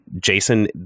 Jason